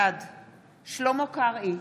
בעד שלמה קרעי,